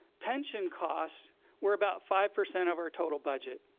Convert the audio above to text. pension costs were about five percent of our total budget.